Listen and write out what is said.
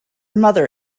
mother